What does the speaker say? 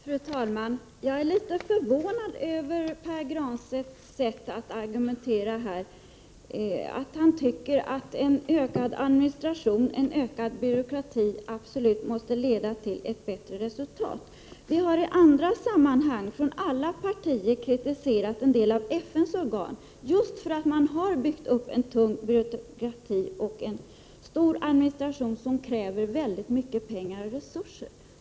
Fru talman! Jag är litet förvånad över Pär Granstedts sätt att argumentera. Han tycker att ökad administration och ökad byråkrati absolut måste leda till ett bättre resultat. I andra sammanhang har alla partier kritiserat en del av FN:s organ just därför att de har byggt upp en tung byråkrati och en stor administration som kräver väldigt mycket pengar och resurser.